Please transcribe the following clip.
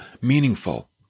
meaningful